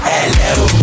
Hello